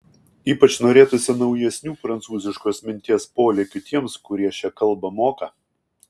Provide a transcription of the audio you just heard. ypač norėtųsi naujesnių prancūziškos minties polėkių tiems kurie šią kalbą moka